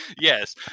yes